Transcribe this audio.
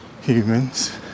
Humans